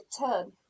turn